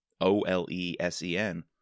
O-L-E-S-E-N